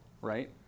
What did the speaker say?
right